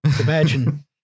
Imagine